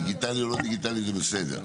דיגיטלי או לא דיגיטלי זה בסדר,